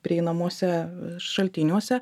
prieinamuose šaltiniuose